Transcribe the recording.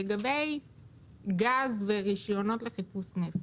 לגבי גז ורישיונות לחיפוש נפט,